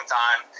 time